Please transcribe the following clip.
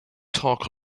talk